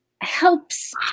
helps